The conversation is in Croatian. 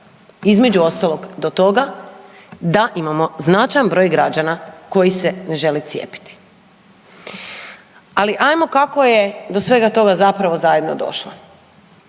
između ostalog do toga da imamo značajan broj građana koji se ne žele cijepiti. Ali ajmo kako je do svega toga zapravo zajedno došlo.